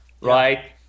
right